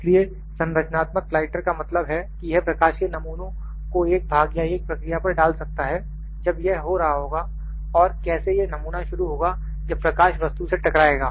इसलिए संरचनात्मक लाइटर का मतलब है कि यह प्रकाश के नमूनों को एक भाग या एक प्रक्रिया पर डाल सकता है जब यह हो रहा होगा और कैसे यह नमूना शुरू होगा जब प्रकाश वस्तु से टकराएगा